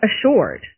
assured